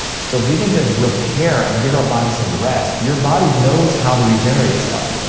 so if we can just repair and give our bodies some rest, your body knows how to regenerate itself.